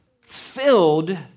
filled